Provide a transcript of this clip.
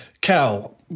Cal